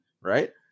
right